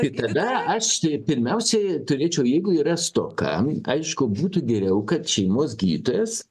tai tada aš pirmiausiai turėčiau jeigu yra stoka aišku būtų geriau kad šeimos gydytojas